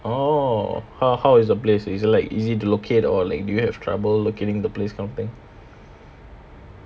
orh ho~ how is the place is it like easy to locate or like do you have trouble locating the place that kind of thing